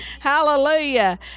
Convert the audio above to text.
Hallelujah